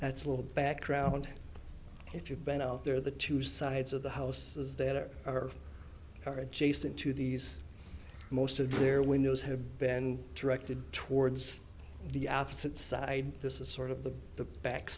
that's a little background if you been out there the two sides of the houses that are or are adjacent to these most of their windows have been directed towards the outside this is sort of the the back